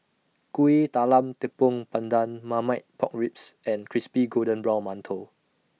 Kuih Talam Tepong Pandan Marmite Pork Ribs and Crispy Golden Brown mantou